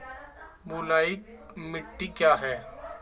बलुई मिट्टी क्या है?